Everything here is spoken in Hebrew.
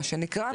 מה שנקרא.